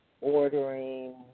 ordering